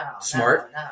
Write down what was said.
Smart